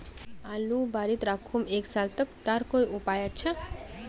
आलूर बारित राखुम एक साल तक तार कोई उपाय अच्छा?